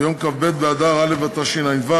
ביום כ"ב באדר א' התשע"ו,